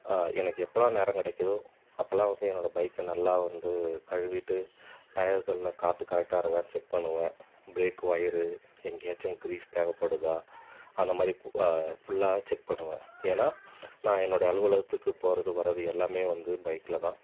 எனக்கு எப்போல்லாம் நேரம் கெடைக்கிதோ அப்போல்லாம் வந்து என்னோடய பைக்கை நல்லா வந்து கழுவிட்டு டயர்களில் காற்று கரெக்ட்டாக இருக்கா செக் பண்ணுவேன் பிரேக்கு வயரு எங்கேயாச்சும் க்ரீஸ் தேவைப்படுதா அந்த மாதிரி பு ஃபுல்லா செக் பண்ணுவேன் ஏனால் நான் என்னோடய அலுவலகத்துக்கு போவது வரது எல்லாமே வந்து பைக்கில் தான்